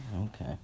Okay